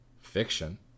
fiction